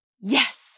Yes